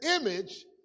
image